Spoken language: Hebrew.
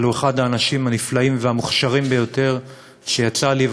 אבל הוא אחד האנשים הנפלאים והמוכשרים ביותר שיצא לי,